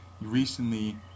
recently